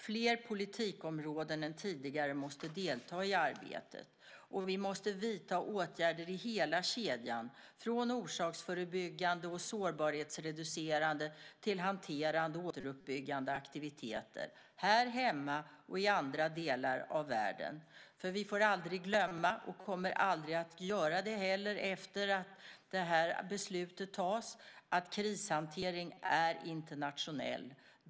Fler politikområden än tidigare måste delta i arbetet, och vi måste vidta åtgärder i hela kedjan, från orsaksförebyggande och sårbarhetsreducerande till hanterande och återuppbyggande aktiviteter här hemma och i andra delar av världen. Vi får aldrig efter det att det här beslutet har fattats glömma, och kommer aldrig att göra det heller, att krishantering är internationell.